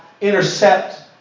intercept